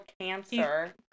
cancer